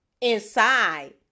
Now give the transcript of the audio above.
inside